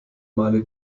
male